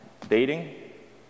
dating